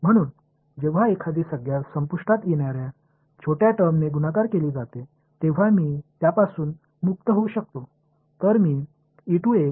म्हणून जेव्हा एखादी संज्ञा संपुष्टात येणाऱ्या छोट्या टर्मने गुणाकार केली जाते तेव्हा मी त्यापासून मुक्त होऊ शकतो